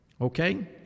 Okay